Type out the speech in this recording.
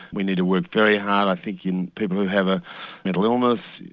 we need to work very hard i think in people who have a mental illness,